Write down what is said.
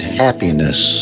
happiness